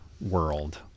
world